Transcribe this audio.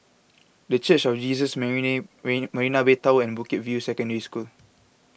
the Church of Jesus Marina Bay Tower and Bukit View Secondary School